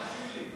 קוראים לה שולי.